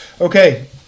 Okay